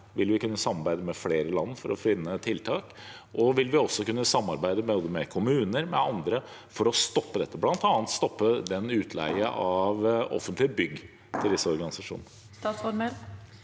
vil vi kunne samarbeide med flere land for å finne tiltak? Og vil vi også kunne samarbeide med både kommuner og med andre for å stoppe dette, bl.a. stoppe utleien av offentlige bygg til disse organisasjonene?